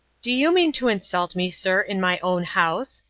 do you mean to insult me, sir, in my own house?